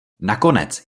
nakonec